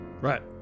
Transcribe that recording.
Right